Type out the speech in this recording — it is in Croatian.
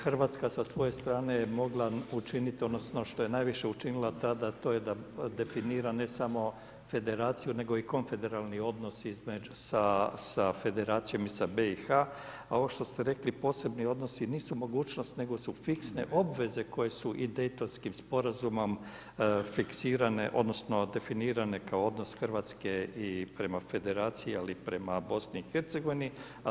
Hrvatska sa svoje strane je mogla učiniti odnosno što je najviše učinila tada a to je da definira ne samo federaciju nego i konfederalni odnos sa federacijom i BiH-a a ovo što ste rekli, posebni odnosi nisu mogućnost nego su fiksne obveze koje su i Daytonskim sporazumom fiksirane odnosno definirane kao odnos Hrvatske i prema federaciji i prema BiH-a.